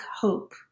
hope